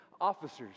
officers